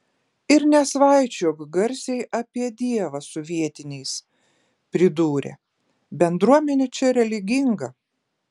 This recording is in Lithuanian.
ir nesvaičiok garsiai apie dievą su vietiniais pridūrė bendruomenė čia religinga